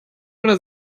oder